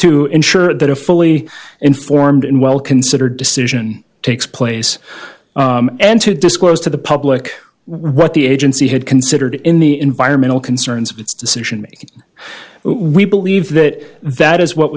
to ensure that a fully informed and well considered decision takes place and to disclose to the public what the agency had considered in the environmental concerns of its decision making we believe that that is what